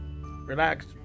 relax